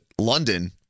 London